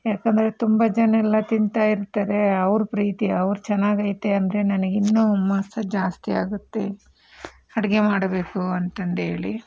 ಯಾಕೆಂದರೆ ತುಂಬ ಜನ ಎಲ್ಲ ತಿನ್ತಾ ಇರ್ತಾರೆ ಅವರ ಪ್ರೀತಿ ಅವರು ಚೆನ್ನಾಗೈತೆ ಅಂದರೆ ನನಗೆ ಇನ್ನೂ ಹುಮ್ಮಸ್ಸು ಜಾಸ್ತಿ ಆಗುತ್ತೆ ಅಡುಗೆ ಮಾಡಬೇಕು ಅಂತಂದೇಳಿ